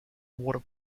water